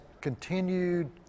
continued